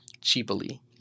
cheaply